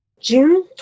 June